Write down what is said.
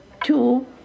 two